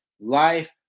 life